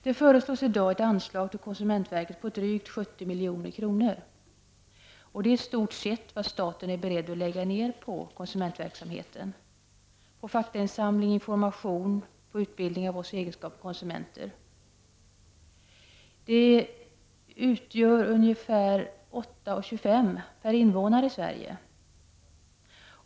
Det föreslås i dag ett anslag till konsumentverket på drygt 70 milj.kr., och det är i stort sett vad staten är beredd att lägga ner på konsumentverksamheten, på faktainsamling, information och utbildning av oss i egenskap av konsumenter. Det utgör ungefär 8:25 kr. per invånare i Sverige.